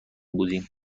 بودیم